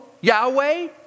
Yahweh